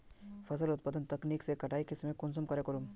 फसल उत्पादन तकनीक के कटाई के समय कुंसम करे करूम?